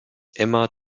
immer